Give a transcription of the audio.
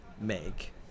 make